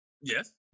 Yes